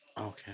Okay